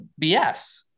BS